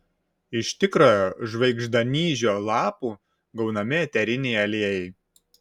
iš tikrojo žvaigždanyžio lapų gaunami eteriniai aliejai